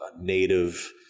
native